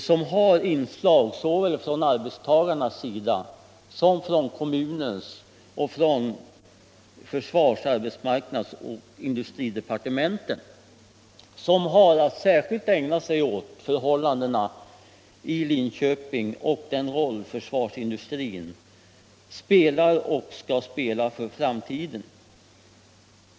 I den ingår representanter från såväl arbetstagarna som från kommunen, försvaret och industridepartementet. Utredningen har särskilt till uppgift att ägna sig åt förhållandena i Linköping och den roll som försvarsindustrin spelar och skall spela för framtiden.